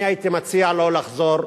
אני הייתי מציע לו לחזור,